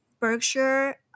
Berkshire